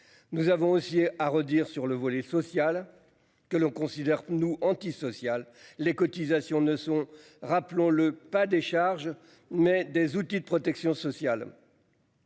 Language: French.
Nous avons aussi à redire sur le volet social que l'on considère nous antisociale les cotisations ne sont rappelons-le pas des charges mais des outils de protection sociale.